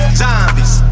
zombies